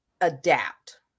adapt